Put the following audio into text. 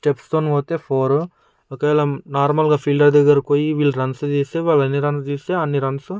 స్టెప్స్తోని పోతే ఫోరు ఒకవేళ నార్మల్గా ఫీల్డర్ దగ్గరకి పోయి వీళ్లు రన్స్ చేస్తే వాళ్లు ఎన్ని రన్స్ తీస్తే అన్ని రన్స్